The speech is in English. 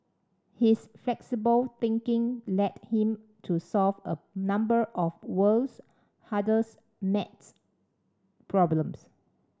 his flexible thinking led him to solve a number of world's hardest maths problems